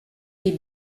est